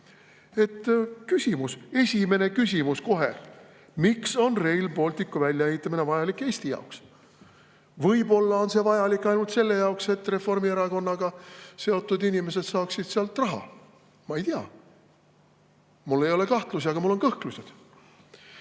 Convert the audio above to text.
Küsimus, esimene küsimus kohe: miks on Rail Balticu väljaehitamine vajalik Eesti jaoks? Võib-olla on see vajalik ainult selle jaoks, et Reformierakonnaga seotud inimesed saaksid sealt raha? Ma ei tea. Mul ei ole kahtlusi, aga mul on kõhklused. Ja